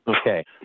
Okay